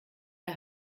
der